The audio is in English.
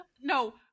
No